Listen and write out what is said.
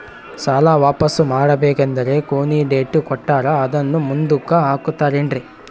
ಸಾಲ ವಾಪಾಸ್ಸು ಮಾಡಬೇಕಂದರೆ ಕೊನಿ ಡೇಟ್ ಕೊಟ್ಟಾರ ಅದನ್ನು ಮುಂದುಕ್ಕ ಹಾಕುತ್ತಾರೇನ್ರಿ?